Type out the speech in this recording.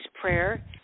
prayer